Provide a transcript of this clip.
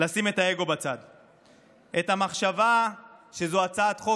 לשים בצד את האגו ואת המחשבה שזאת הצעת חוק